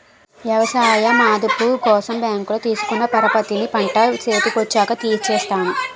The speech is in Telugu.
ఎవసాయ మదుపు కోసం బ్యాంకులో తీసుకున్న పరపతిని పంట సేతికొచ్చాక తీర్సేత్తాను